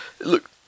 Look